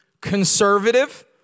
conservative